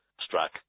struck